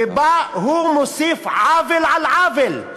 ובה הוא מוסיף עוול על עוול,